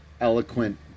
eloquent